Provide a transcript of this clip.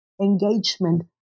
engagement